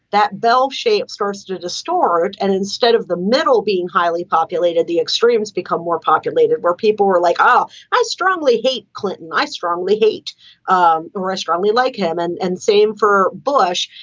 that bell shaped starts to distort. and instead of the middle being highly populated, the extremes become more populated where people were like, oh, i strongly hate clinton, i strongly hate um restaurant. we like him. and and same for bush,